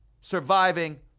surviving